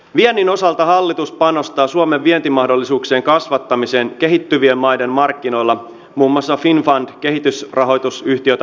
viennin osalta hallitus panostaa suomen vientimahdollisuuksien kasvattamiseen kehittyvien maiden markkinoilla muun muassa finnfund kehitysrahoitusyhtiötä pääomittamalla